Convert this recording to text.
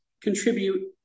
contribute